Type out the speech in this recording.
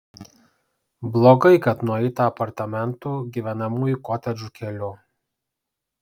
blogai kad nueita apartamentų gyvenamųjų kotedžų keliu